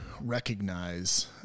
recognize